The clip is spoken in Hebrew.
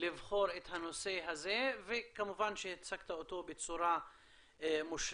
לבחור את הנושא הזה וכמובן שהצגת אותו בצורה מושלמת.